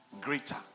greater